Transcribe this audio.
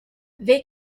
they